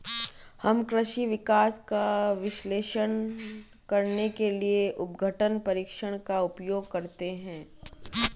हम कृषि विकास का विश्लेषण करने के लिए अपघटन परीक्षण का उपयोग करते हैं